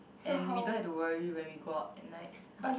and we don't have to worry when we go out at night but